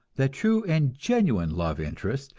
that true and genuine love interest,